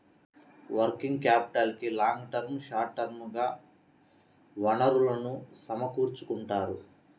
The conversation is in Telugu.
వర్కింగ్ క్యాపిటల్కి లాంగ్ టర్మ్, షార్ట్ టర్మ్ గా వనరులను సమకూర్చుకుంటారు